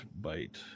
bite